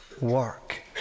work